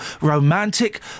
romantic